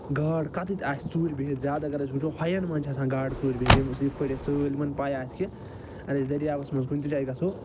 گاڈ کتٮ۪تھ آسہِ ژوٗرِ بِہتھ زیادٕ اگر أسۍ وٕچھو ہَیَن منٛز چھِ آسان گاڈٕ ژوٗرِ بِہِتھ ییٚمِس یِتھ پٲٹھۍ اَسہِ سٲلِمن پَے آسہِ کہِ دٔریاوس منٛز کُنہِ تہِ جایہِ گَژھو